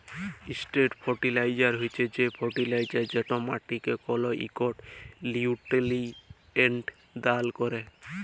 straight fertilizer হছে সে fertilizer যেট মাটিকে কল ইকট লিউটিরিয়েল্ট দাল ক্যরে